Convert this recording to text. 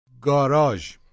Garage